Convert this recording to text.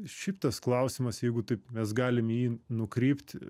šitas klausimas jeigu taip mes galim į jį nukrypt